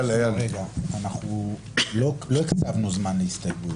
לא הקצבנו זמן להסתייגויות.